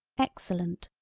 excellent,